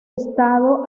estado